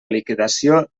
liquidació